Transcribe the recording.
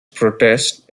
protest